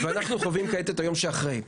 ואנחנו חווים כעת את היום שאחרי.